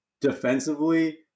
defensively